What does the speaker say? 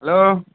hello